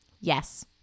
Yes